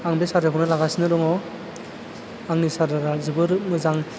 आं बे चार्जारखौनो लागासिनो दङ आंनि चार्जारा जोबोर मोजां